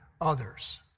others